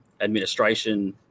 administration